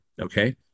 okay